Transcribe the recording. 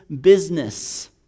business